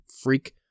freak